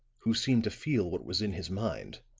who seemed to feel what was in his mind,